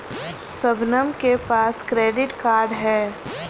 शबनम के पास credit card है